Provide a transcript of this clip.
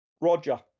roger